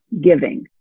giving